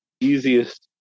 easiest